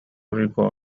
rico